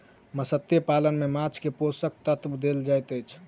मत्स्य पालन में माँछ के पोषक तत्व देल जाइत अछि